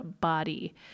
body